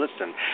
listen